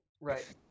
Right